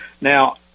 Now